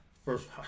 First